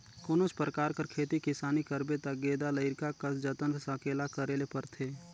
कोनोच परकार कर खेती किसानी करबे ता गेदा लरिका कस जतन संकेला करे ले परथे